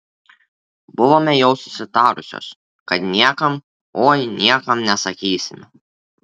buvome jau susitarusios kad niekam oi niekam nesakysime